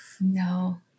No